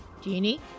Genie